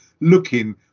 looking